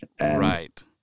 Right